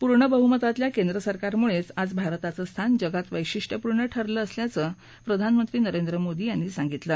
पूर्ण बह्मतातल्या केंद्र सरकारमुळेच आज भारताचं स्थान जगात वैशिष्ट्यपूर्ण ठरलं असल्याचं प्रधानमंत्री नरेंद्र मोदी यांनी सांगितलं